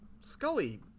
Scully